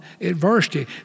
adversity